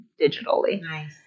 digitally